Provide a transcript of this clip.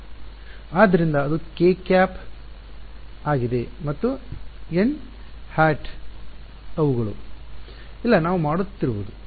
ವಿದ್ಯಾರ್ಥಿ ಆದ್ದರಿಂದ ಅದು kˆ ಆಗಿದೆ ಮತ್ತು nˆ ಅವುಗಳು ಇಲ್ಲ ನಾವು ಮಾಡುತ್ತಿರುವುದು